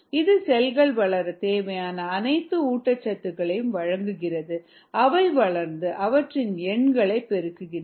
இது செல்கள் வளர தேவையான அனைத்து ஊட்டச்சத்துக்களையும் வழங்குகிறது அவை வளர்ந்து அவற்றின் எண்களை பெருக்க உதவுகிறது